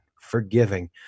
forgiving